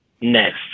next